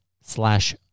slash